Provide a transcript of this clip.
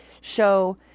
show